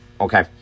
Okay